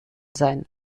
sein